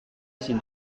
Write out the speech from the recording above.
ezin